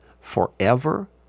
forever